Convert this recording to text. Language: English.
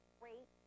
great